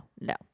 no